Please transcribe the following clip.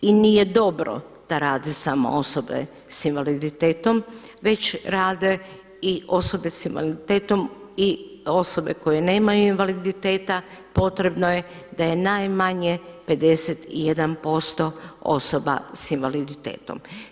I nije dobro da rade samo osobe sa invaliditetom već rade i osobe sa invaliditetom i osobe koje nemaju invaliditeta, potrebno je da je najmanje 51% osoba sa invaliditetom.